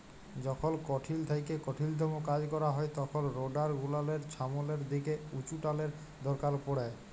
যখল কঠিল থ্যাইকে কঠিলতম কাজ ক্যরা হ্যয় তখল রোডার গুলালের ছামলের দিকে উঁচুটালের দরকার পড়হে